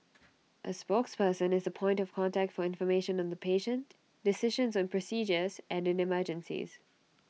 A spokesperson is the point of contact for information on the patient decisions on procedures and in emergencies